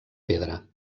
pedra